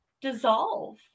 dissolve